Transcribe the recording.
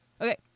Okay